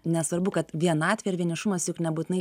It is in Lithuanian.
nesvarbu kad vienatvė ir vienišumas juk nebūtinai